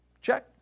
Check